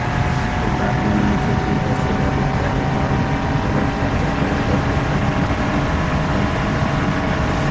ए बात म मनखे तीर दस हजार रूपिया हे अउ ओला खरचा करे बर ओखर दिमाक म कइ ठन योजना हे